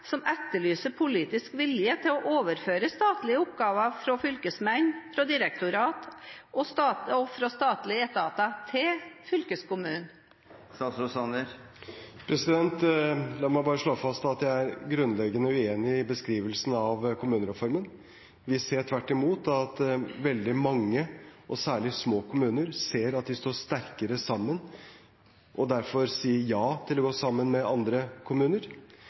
politisk vilje til å overføre statlige oppgaver fra fylkesmenn, fra direktorat og fra statlige etater til fylkeskommunen? La meg bare slå fast at jeg er grunnleggende uenig i beskrivelsen av kommunereformen. Vi ser tvert imot at veldig mange og særlig små kommuner ser at de står sterkere sammen, og derfor sier ja til å gå sammen med andre kommuner.